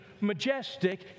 majestic